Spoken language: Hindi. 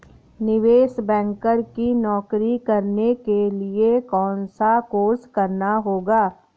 निवेश बैंकर की नौकरी करने के लिए कौनसा कोर्स करना होगा?